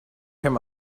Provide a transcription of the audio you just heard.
him